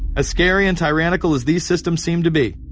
as scary and tyrannical as these systems seem to be,